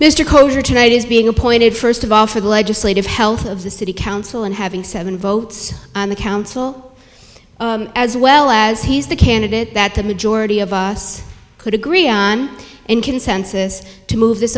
holder tonight is being appointed first of all for the legislative health of the city council and having seven votes on the council as well as he's the candidate that the majority of us could agree on in consensus to move this